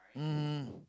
mmhmm